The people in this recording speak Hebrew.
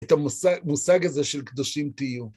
את המושג הזה של קדושים תהיו.